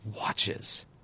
watches